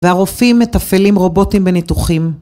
והרופאים מטפלים רובוטים בניתוחים.